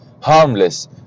harmless